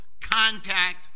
contact